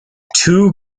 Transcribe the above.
two